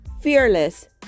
fearless